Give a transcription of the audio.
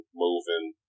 moving